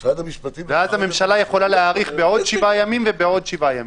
ואז הממשלה יכולה להאריך בעוד 7 ימים ובעוד 7 ימים.